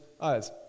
eyes